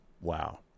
Wow